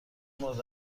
مورد